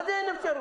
מה זה אין אפשרות?